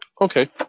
Okay